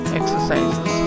exercises